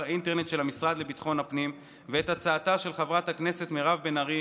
האינטרנט של המשרד לביטחון הפנים ואת הצעתה של חברת הכנסת מירב בן ארי